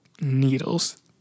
needles